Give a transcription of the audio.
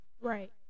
Right